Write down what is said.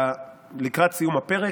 לקראת סיום הפרק,